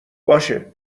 باشه